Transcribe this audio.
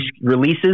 releases